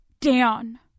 Dan